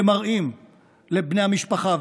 ומראים לבני המשפחה,